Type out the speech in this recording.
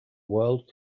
world